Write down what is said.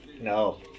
No